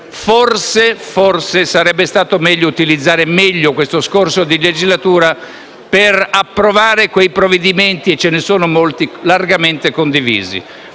forse sarebbe stato più opportuno utilizzare meglio questo scorcio di legislatura per approvare quei provvedimenti (e ce ne sono molti) largamente condivisi.